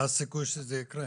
מה הסיכוי שזה יקרה